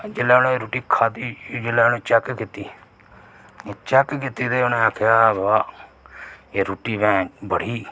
जेल्लै उनें रुट्टी खाद्धी जेल्लै उनें चेक कीती चेक कीती ते उनें आखेआ बाह एह् रुट्टी बड़ी